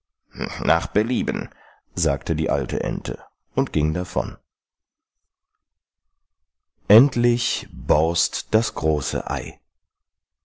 nach belieben sagte die alte ente und ging von dannen endlich borst das große ei